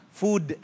food